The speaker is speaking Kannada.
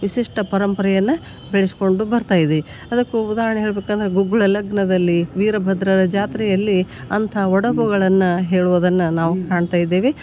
ವಿಶಿಷ್ಟ ಪರಂಪರೆಯನ್ನು ಬೆಳ್ಸ್ಕೊಂಡು ಬರ್ತಾಯಿದೆ ಅದಕ್ಕೂ ಉದಾಹರಣೆ ಹೇಳ್ಬೆಕಂದರೆ ಗುಬ್ಳ ಲಗ್ನದಲ್ಲಿ ವೀರಭದ್ರ ಜಾತ್ರೆಯಲ್ಲಿ ಅಂತ ಉಡಪುಗಳನ್ನು ಹೇಳೋದನ್ನು ನಾವು ಕಾಣ್ತಾ ಇದ್ದೇವೆ